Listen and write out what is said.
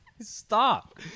Stop